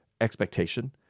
expectation